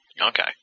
Okay